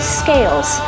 scales